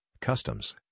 customs